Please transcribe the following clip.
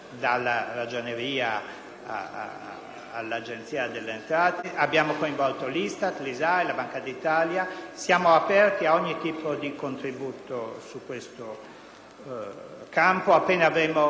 abbiamo coinvolto l'ISTAT, l'ISAE, la Banca d'Italia. Siamo aperti ad ogni tipo di contributo in questo campo. Appena avremo i primi flussi li presenteremo.